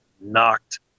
knocked